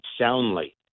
soundly